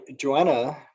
Joanna